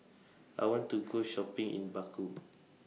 I want to Go Shopping in Baku